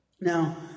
Now